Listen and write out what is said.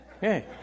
Hey